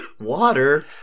Water